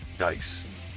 Dice